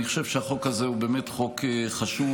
אני חושב שהחוק הזה הוא באמת חוק חשוב,